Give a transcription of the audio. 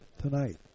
tonight